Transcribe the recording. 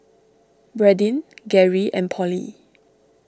Bradyn Gary and Polly